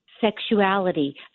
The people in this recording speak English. Sexuality